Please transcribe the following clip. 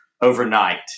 overnight